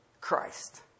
Christ